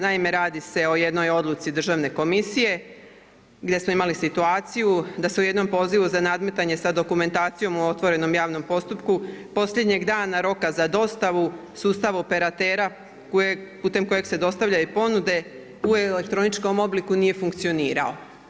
Naime radi se o jednoj odluci državne komisije gdje smo imali situaciju da se u jednom pozivu za nadmetanje sa dokumentacijom o otvorenom javnom postupku posljednjeg dana roka za dostavu sustav operatera putem kojeg se dostavljaju ponude u elektroničkom obliku nije funkcionirao.